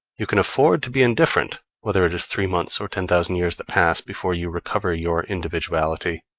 you can afford to be indifferent whether it is three months or ten thousand years that pass before you recover your individuality.